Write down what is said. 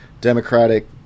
Democratic